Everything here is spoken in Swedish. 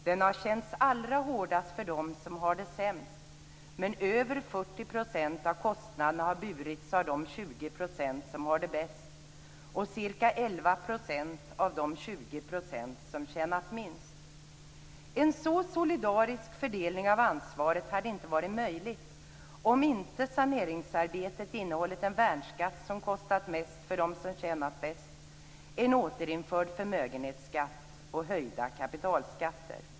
Den har känts allra hårdast för dem som har det sämst, men över 40 % av kostnaderna har burits av de 20 % som har det bäst och ca 11 % av de 20 % som tjänar minst. En så solidarisk fördelning av ansvaret hade inte varit möjlig om saneringsarbetet inte innehållit en värnskatt, som kostar mest för dem som tjänar bäst, en återinförd förmögenhetsskatt och höjda kapitalskatter.